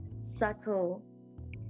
subtle